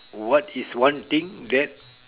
what is one thing that